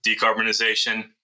decarbonization